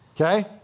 okay